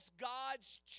God's